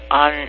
on